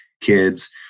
kids